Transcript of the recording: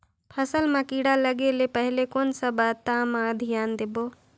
फसल मां किड़ा लगे ले पहले कोन सा बाता मां धियान देबो?